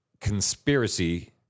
conspiracy